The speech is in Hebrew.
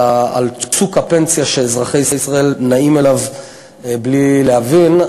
על צוק הפנסיה שאזרחי ישראל נעים אליו בלי להבין,